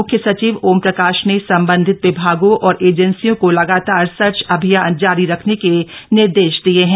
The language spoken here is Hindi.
मुख्य सचिव ओमप्रकाश ने सम्बन्धित विभागों और एजेंसियों को लगातार सर्च अभियान जारी रखने के निर्देश दिये हैं